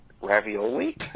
Ravioli